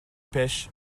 pêche